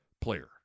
player